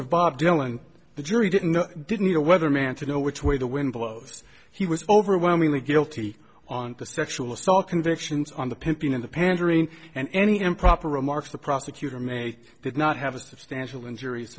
of bob dylan the jury didn't know didn't your weatherman to know which way the wind blows he was overwhelmingly guilty on the sexual assault convictions on the pimping in the pandering and any improper remarks the prosecutor made did not have a substantial injuries